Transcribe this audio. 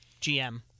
GM